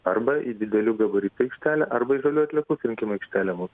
arba į didelių gabaritų aikštelę arba į zalių atliekų surinkimo aikštelę mums